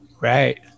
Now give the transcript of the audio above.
Right